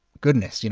goodness.